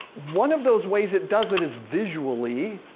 one of those ways it does it is visually,